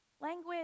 Language